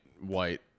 white